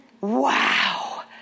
wow